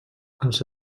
els